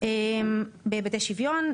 בהיבטי שוויון,